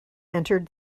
entered